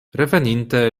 reveninte